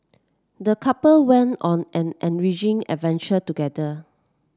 the couple went on an enriching adventure together